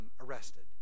arrested